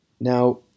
Now